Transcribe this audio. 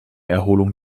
erholung